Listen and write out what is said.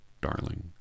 darling